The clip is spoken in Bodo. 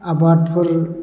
आबादफोर